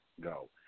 go